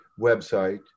website